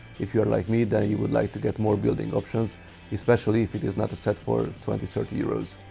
if you are like me then you would like to get more building options especially if it is not a set for twenty thirty euros.